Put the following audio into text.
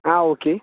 ആ ഓക്കെ